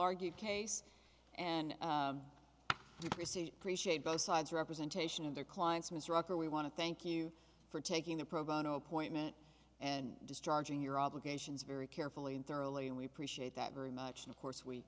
argued case and reshape both sides representation of their clients mr rocker we want to thank you for taking the pro bono appointment and discharging your obligations very carefully and thoroughly and we appreciate that very much of course we